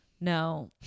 No